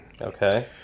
okay